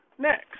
Next